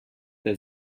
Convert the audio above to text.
der